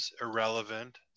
irrelevant